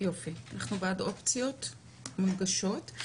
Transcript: אנחנו בעד אופציות מונגשות.